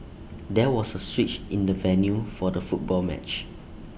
there was A switch in the venue for the football match